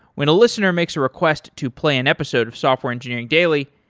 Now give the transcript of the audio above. when a listener makes a request to play an episode of software engineering daily,